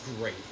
great